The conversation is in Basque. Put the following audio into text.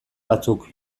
batzuk